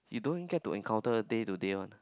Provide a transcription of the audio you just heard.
you don't get to encounter day to day one